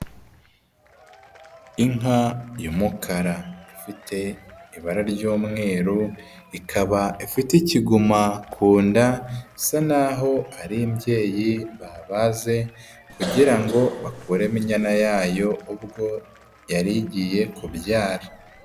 Inka y'umukara ifite ibara ry'umweru, ikaba ifite ikiguma ku nda, isa naho ari imbyeyi babaze kugira ngo bakuremo inyana yayo ubwo yari igiye kubyara.